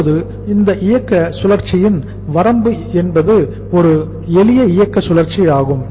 இப்போது இந்த இயக்க சுழற்சியின் வரம்பு என்பது ஒரு எளிய இயக்க சுழற்சி ஆகும்